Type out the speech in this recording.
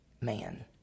man